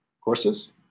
courses